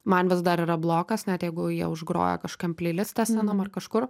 man vis dar yra blokas net jeigu jie užgroja kažkokiam pleiliste senam ar kažkur